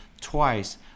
twice